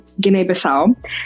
Guinea-Bissau